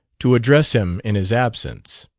to address him in his absence.